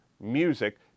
music